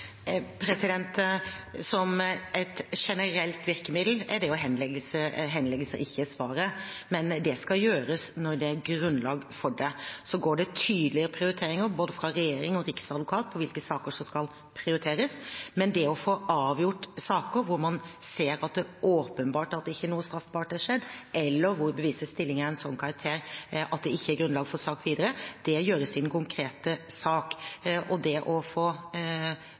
Som et generelt virkemiddel er henleggelse ikke svaret, men det skal gjøres når det er grunnlag for det. Så går det tydelige prioriteringer fra både regjering og riksadvokat om hvilke saker som skal prioriteres. Men det å få avgjort saker hvor man ser at det åpenbart ikke har skjedd noe straffbart, eller hvor bevisets stilling er av en slik karakter at det ikke er grunnlag for sak videre, gjøres i den konkrete sak. Det å få henlagt de sakene, er selvfølgelig også en måte å få bygget ned restanser og få